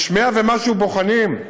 יש 100 ומשהו בוחנים.